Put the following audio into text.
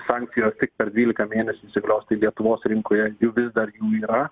sankcijos tik per dvylika mėnesių įsigalios tai lietuvos rinkoje vis dar jų yra